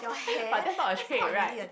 but that's not a trait right